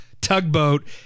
tugboat